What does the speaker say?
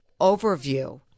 overview